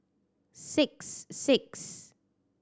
six six